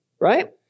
right